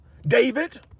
David